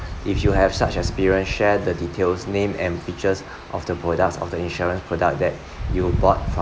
if you have such experience share the details name and pictures of the products of the insurance product that you bought from